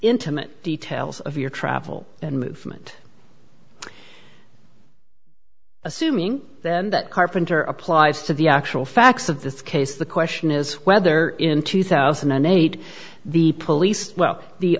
intimate details of your travel and movement assuming then that carpenter applies to the actual facts of this case the question is whether in two thousand and eight the police well